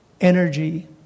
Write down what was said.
energy